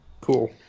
cool